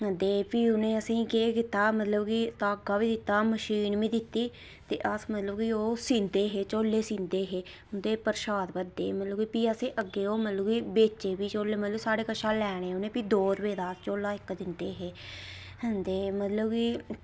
ते प्ही उ'नें असेंगी केह् कीता की मतलब की धागा बी दित्ता मशीन बी दित्ती ते अस मतलब कि ओह् सींदे हे झोले सींदे हे ते उं'दे च प्रशाद भरदे हे ते भी अग्गें मतलब कि बेचे ओह् झोले ते साढ़े कशा लैने ते प्ही दो रपेऽ दा झोले दे लैने उ'नें ते मतलब कि